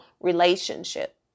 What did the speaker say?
relationship